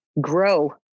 grow